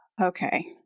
Okay